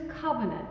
covenant